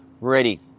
ready